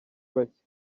bacye